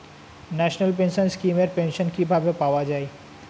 National pension scheme এর pension কিভাবে পাওয়া যায়?